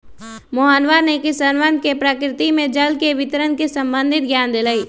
मोहनवा ने किसनवन के प्रकृति में जल के वितरण से संबंधित ज्ञान देलय